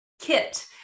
kit